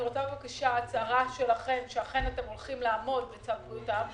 אני רוצה בבקשה הצהרה שלכם שאכן אתם הולכים לעמוד בצו בריאות העם